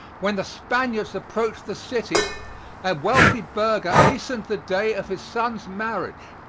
when the spaniards approached the city a wealthy burgher hastened the day of his son's marriage.